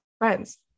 friends